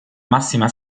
massima